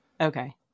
Okay